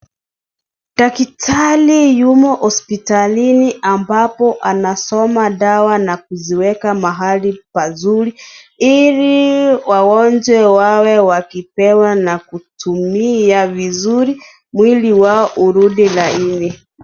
Dakitali yumo hospitalini ambapo anasoma dawa na kuziweka mahali pazuri ili wagonjwa wawe wakipewa na kutumia vizuri mwili wao urudi laini.